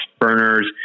burners